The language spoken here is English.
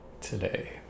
today